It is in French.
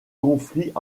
conflits